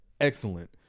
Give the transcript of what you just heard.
Excellent